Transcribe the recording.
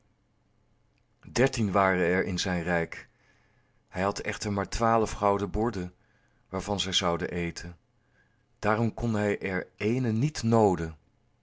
in zijn rijk hij had echter maar twaalf gouden borden waarvan zij zouden eten daarom kon hij er ééne niet nooden